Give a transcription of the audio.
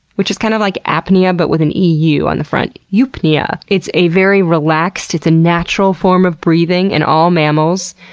which is kind of like apnea, but with an eu on the front. eupnea, it's very relaxed. it's a natural form of breathing in all mammals.